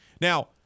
Now